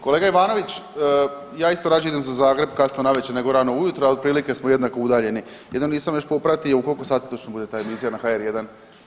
Kolega Ivanović, ja isto rađe idem za Zagreb kasno navečer nego rano ujutro, a otprilike smo jednako udaljeni, jedino nisam još popratio u koliko sati točno bude ta emisija na HR1?